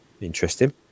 Interesting